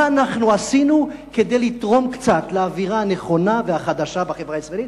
מה אנחנו עשינו כדי לתרום קצת לאווירה הנכונה והחדשה בחברה הישראלית,